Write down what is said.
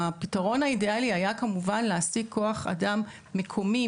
הפתרון האידיאלי היה כמובן להעסיק כוח אדם מקומי,